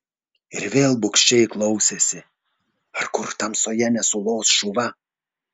ir vėl bugščiai klausėsi ar kur tamsoje nesulos šuva